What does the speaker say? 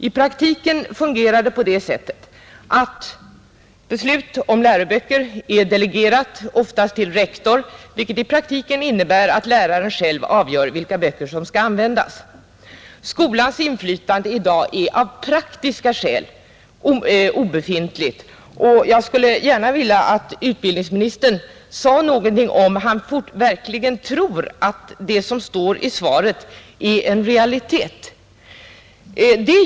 I praktiken fungerar det så att beslutet om läroböcker är delegerat, oftast till rektor, och det innebär att läraren själv avgör vilka böcker som skall användas. Skolans inflytande är i dag av praktiska skäl obefintligt, och jag skulle gärna vilja höra utbildningsministern säga något om huruvida han verkligen tror att det som står i svaret är en realitet.